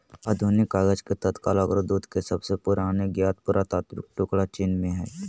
आधुनिक कागज के तत्काल अग्रदूत के सबसे पुराने ज्ञात पुरातात्विक टुकड़ा चीन में हइ